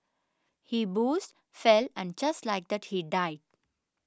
he boozed fell and just like that he died